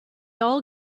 all